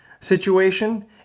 situation